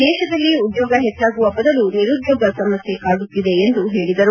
ದೇಶದಲ್ಲಿ ಉದ್ಯೋಗ ಹೆಚ್ಚಾಗುವ ಬದಲು ನಿರುದ್ಯೋಗ ಸಮಸ್ಯೆ ಕಾದುತ್ತಿದೆ ಎಂದು ಹೇಳಿದರು